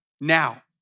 Now